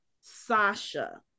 Sasha